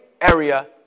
area